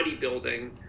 bodybuilding